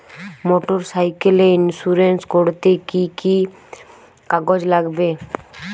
Motorcycle insurance করতে কি কি কাগজ লাগবে?